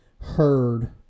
heard